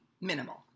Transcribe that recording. minimal